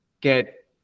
get